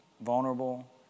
vulnerable